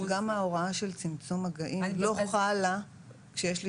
אבל גם ההוראה של צמצום מגעים לא חלה כשיש לי